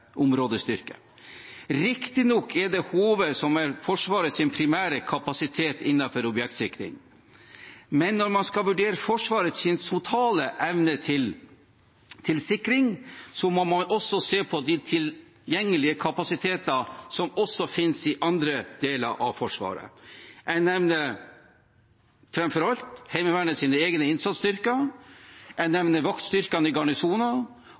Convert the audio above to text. områdestyrker. Riktignok er det HV som er Forsvarets primære kapasitet innenfor objektsikring, men når man skal vurdere Forsvarets totale evne til sikring, må man også se på de tilgjengelige kapasitetene som finnes i andre deler av Forsvaret. Jeg nevner framfor alt Heimevernets egne innsatsstyrker, jeg nevner vaktstyrkene i